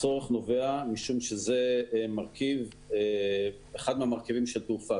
הצורך נובע משום שזה אחד המרכיבים של תעופה.